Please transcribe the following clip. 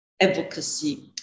advocacy